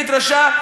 בדרשה,